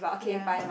ya